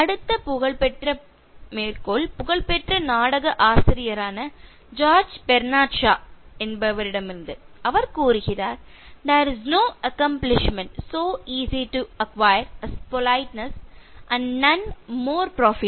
அடுத்த புகழ்பெற்ற மேற்கோள் புகழ்பெற்ற நாடக ஆசிரியரான ஜார்ஜ் பெர்னார்ட் ஷா என்பவரிடமிருந்து அவர் கூறுகிறார் " there's no accomplishment so easy to acquire as politeness and more profitable There is no accomplishment so easy to acquire as politeness and none more profitable